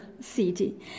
city